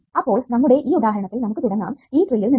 അപ്പോൾ നമ്മുടെ ഈ ഉദാഹരണത്തിൽ നമുക്ക് തുടങ്ങാം ഈ ട്രീയിൽ നിന്ന്